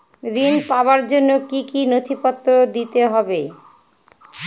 ঋণ পাবার জন্য কি কী নথিপত্র দিতে হবে?